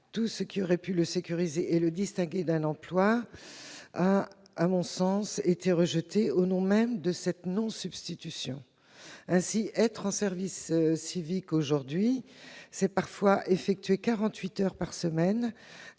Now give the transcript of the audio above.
Tout ce qui aurait pu le sécuriser et le distinguer d'un emploi a été, selon moi, rejeté au nom même de cette non-substitution. Ainsi, être en service civique aujourd'hui, c'est parfois effectuer quarante-huit